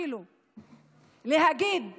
בכל שלב